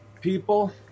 people